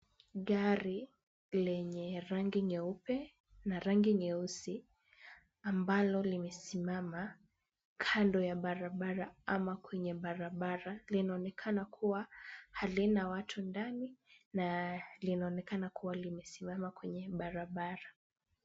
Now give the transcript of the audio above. Gari lenye rangi nyeupe na rangi nyeusi, ambalo limesimama kando ya barabara ama kwenye barabara linaonekana kuwa halina watu ndani na linaonekana kuwa limesimama kwenye barabara.